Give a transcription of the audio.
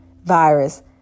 virus